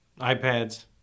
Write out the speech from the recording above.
iPads